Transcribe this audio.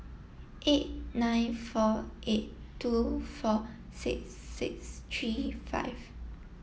eight nine four eight two four six six three five